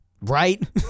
Right